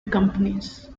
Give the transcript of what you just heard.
companies